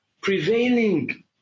prevailing